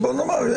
נכון.